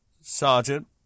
sergeant